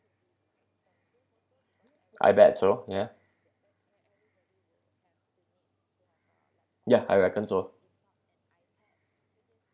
I bet so ya ya I reckon so